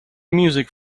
music